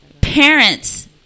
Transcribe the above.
parents